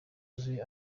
yuzuye